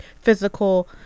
physical